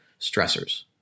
stressors